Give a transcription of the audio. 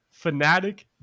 Fnatic